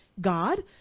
God